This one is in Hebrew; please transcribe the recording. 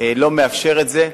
לא מאפשר את זה.